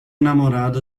namorada